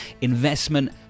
investment